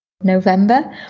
november